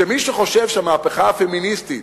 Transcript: שמי שחושב שהמהפכה הפמיניסטית